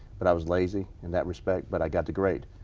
but i was lazy in that respect but i got the grade.